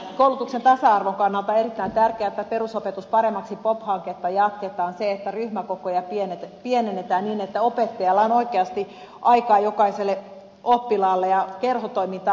koulutuksen tasa arvon kannalta on erittäin tärkeätä että hanketta perusopetus paremmaksi eli pop hanketta jatketaan se että ryhmäkokoja pienennetään niin että opettajalla on oikeasti aikaa jokaiselle oppilaalle ja kerhotoimintaa vakinaistetaan